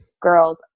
girls